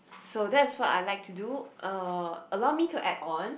so that's what I like to do uh allow me to add on